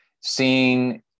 seeing